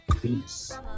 Peace